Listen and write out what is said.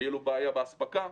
ותהיה לו בעיה באספקה.